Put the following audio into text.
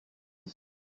dix